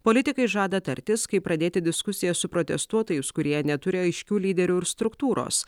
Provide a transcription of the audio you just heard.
politikai žada tartis kaip pradėti diskusiją su protestuotojais kurie neturi aiškių lyderių ir struktūros